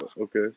Okay